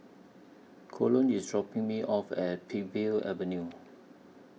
Colon IS dropping Me off At Peakville Avenue